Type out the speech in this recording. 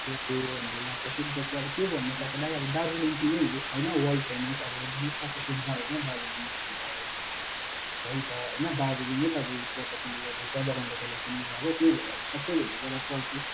यहाँको हाम्रो यहाँ प्रसिद्ध चाहिँ अब के भन्नु तपाईँलाई अब दार्जिलिङ टी नै हो होइन वर्ल्ड फेमस अब विश्व प्रसिद्ध होइन दार्जिलिङ टी त अब छ है छ होइन दार्जिलिङ त अब यो चियापत्तीले गर्दा चिया बगानले गर्दा फेमस भएको त्यही भएर अब सबभन्दा ज्यादा चर्चित